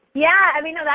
yeah, i mean,